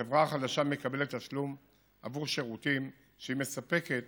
החברה החדשה מקבלת תשלום עבור שירותים שהיא מספקת